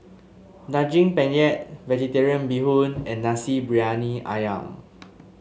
Daging Penyet Vegetarian Bee Hoon and Nasi Briyani ayam